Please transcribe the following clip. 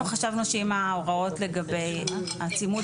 אנחנו חשבנו שאם ההוראות לגבי הצימוד